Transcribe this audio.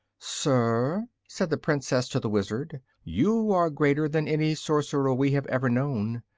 sir, said the princess to the wizard, you are greater than any sorcerer we have ever known.